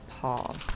paul